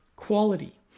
Quality